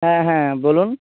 হ্যাঁ হ্যাঁ বলুন